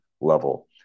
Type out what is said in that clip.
level